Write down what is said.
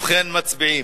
ובכן, מצביעים.